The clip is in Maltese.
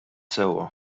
sewwa